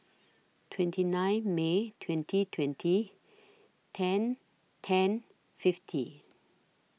twenty nine May twenty twenty ten ten fifty